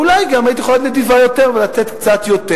ואולי גם היית יכולה להיות נדיבה יותר ולתת קצת יותר.